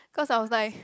cause I was like